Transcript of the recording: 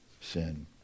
sin